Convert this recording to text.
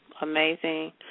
Amazing